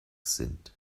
sind